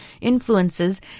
influences